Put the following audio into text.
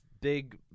big